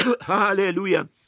Hallelujah